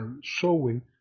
showing